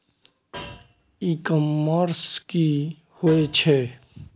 ई commerce की होय छेय?